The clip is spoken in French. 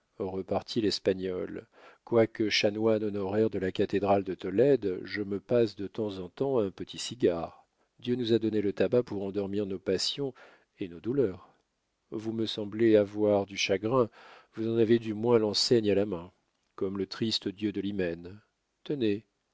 repartit l'espagnol quoique chanoine honoraire de la cathédrale de tolède je me passe de temps en temps un petit cigare dieu nous a donné le tabac pour endormir nos passions et nos douleurs vous me semblez avoir du chagrin vous en avez du moins l'enseigne à la main comme le triste dieu de l'hymen tenez